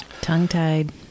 Tongue-tied